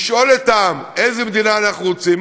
ולשאול את העם איזו מדינה אנחנו רוצים,